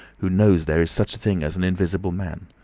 who knows there is such a thing as an invisible man.